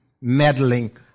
meddling